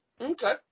Okay